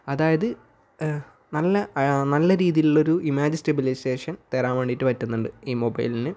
അതായത് നല്ല നല്ല രീതിയിലുള്ള ഒരു ഇമേജ് സ്റ്റെബിലൈസേഷൻ തരാൻ വേണ്ടിയിട്ട് പറ്റുന്നുണ്ട് ഈ മൊബൈലിന്